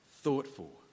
thoughtful